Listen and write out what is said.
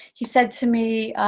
he said to me,